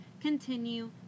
continue